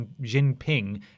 Jinping